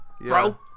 bro